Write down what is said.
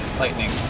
lightning